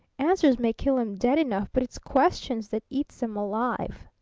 answers may kill em dead enough, but it's questions that eats em alive.